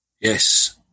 Yes